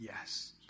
yes